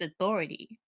authority